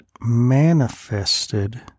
manifested